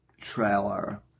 trailer